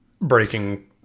breaking